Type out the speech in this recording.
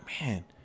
man